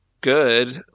good